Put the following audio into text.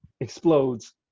explodes